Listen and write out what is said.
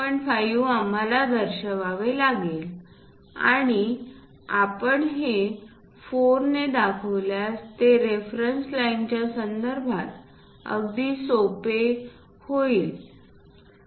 5 आम्हाला दर्शवावे लागेल आणि आपण हे 4 ने दाखवल्यास ते रेफरन्स लाईनच्या संदर्भात अगदी सोपे होईलनिमित्त होते का निमित्त होऊन जाते कोणत्या गोष्टी